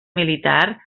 militar